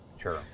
Sure